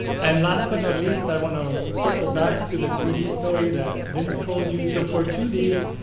and last, but not least, i want to circle back to the three d story that vince told you. so for two d,